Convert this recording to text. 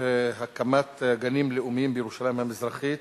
הקמת גנים לאומיים בירושלים המזרחית,